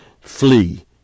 flee